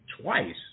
twice